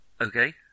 Okay